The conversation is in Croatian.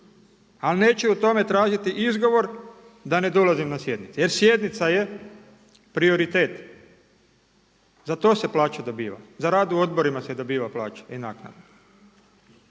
ali neću o tome tražiti izgovor da ne dolazim na sjednice jer sjednica je prioritet za to se plaća dobiva, za rad u odborima se dobiva plaća